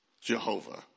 Jehovah